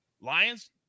Lions